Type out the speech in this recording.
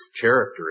character